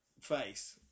face